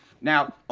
now